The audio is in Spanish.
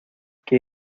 que